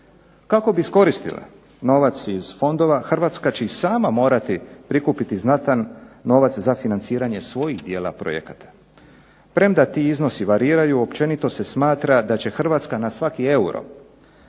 Kako bi iskoristila novac iz fondova Hrvatska će sama morati prikupiti znatan novac za financiranje svojih dijela projekata. Premda ti iznosi variraju općenito se smatra da će Hrvatska na svaki euro